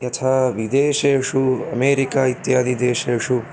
यथा विदेशेषु अमेरिका इत्यादिदेशेषु